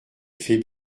fait